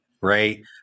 right